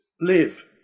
live